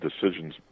decisions